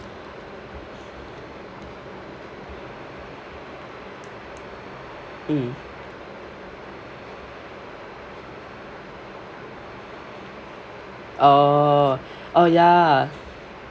mm oh oh ya